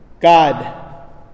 God